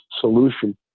solution